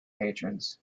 patrons